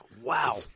Wow